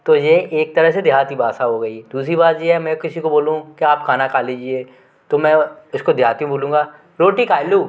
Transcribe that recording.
तो ये एक तरह से देहाती भाषा हो गई दूसरी बात ये है मैं किसी को बोलूँ कि आप खाना खा लीजिए तो मैं इसको देहाती में बोलूँगा रोटी खाए लो